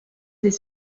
des